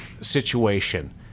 situation